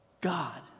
God